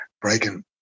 breaking